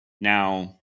now